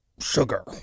Sugar